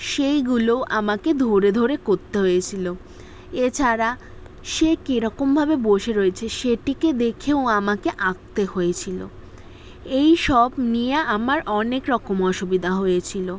সেইগুলো আমাকে ধরে ধরে করতে হয়েছিলো এছাড়া সে কীরকমভাবে বসে রয়েছে সেটিকে দেখেও আমাকে আঁকতে হয়েছিলো এইসব নিয়ে আমার অনেক রকম অসুবিধা হয়েছিলো